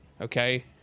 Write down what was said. Okay